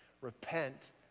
Repent